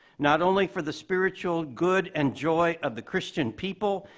not only for the spiritual good and joy of the christian people,